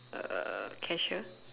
uh cashier